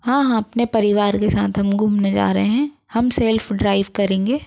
हाँ हाँ अपने परिवार के सात हम घूमने जा रहे हैं हम सेल्फ ड्राइव करेंगे